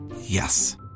Yes